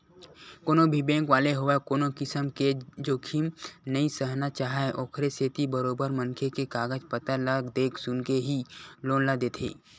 कोनो भी बेंक वाले होवय कोनो किसम के जोखिम नइ सहना चाहय ओखरे सेती बरोबर मनखे के कागज पतर ल देख सुनके ही लोन ल देथे